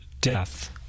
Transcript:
death